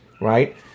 Right